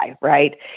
right